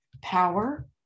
power